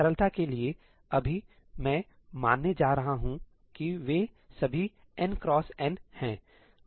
सरलता के लिए अभी मैं मानने जा रहा हूं कि वे सभी एन क्रॉस एन हैं